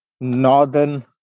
northern